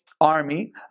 army